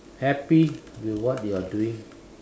happy what you're doing